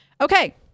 Okay